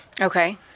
Okay